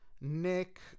Nick